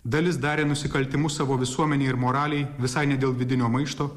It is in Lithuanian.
dalis darė nusikaltimus savo visuomenei ir moralei visai ne dėl vidinio maišto